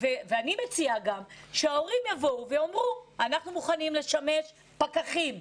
אני מציעה גם שההורים יבואו ויאמרו - אנחנו מוכנים לשמש פקחים.